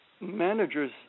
managers